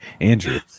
Andrew